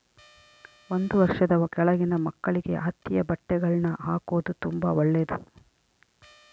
ಒಂದು ವರ್ಷದ ಕೆಳಗಿನ ಮಕ್ಕಳಿಗೆ ಹತ್ತಿಯ ಬಟ್ಟೆಗಳ್ನ ಹಾಕೊದು ತುಂಬಾ ಒಳ್ಳೆದು